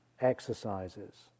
exercises